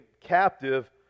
captive